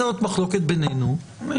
זה עוד מחלוקת בינינו.